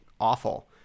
awful